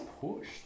push